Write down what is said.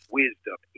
wisdom